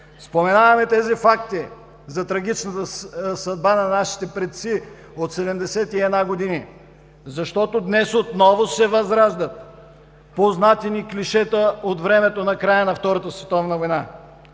Споменаваме тези факти за трагичната съдба на нашите предци преди 71 години, защото днес отново се възраждат познати ни клишета от времето на края на Втората световна война.